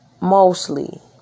mostly